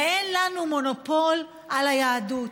ואין לנו מונופול על היהדות.